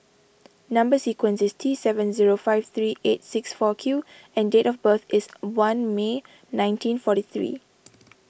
Number Sequence is T seven zero five three eight six four Q and date of birth is one May nineteen forty three